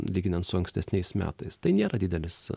lyginant su ankstesniais metais tai nėra didelis